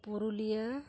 Purulia